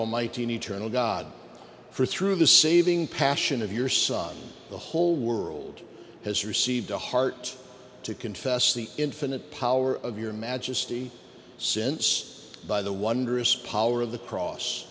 almighty an eternal god for through the saving passion of your son the whole world has received the heart to confess the infinite power of your majesty since by the wondrous power of the cross